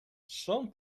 some